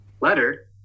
letter